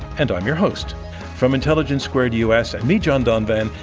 and i'm your host from intelligence squared u. s. and me, john donvan,